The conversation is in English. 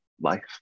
life